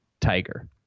tiger